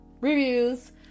reviews